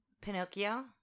Pinocchio